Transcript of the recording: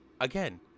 again